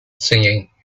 singing